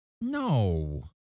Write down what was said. No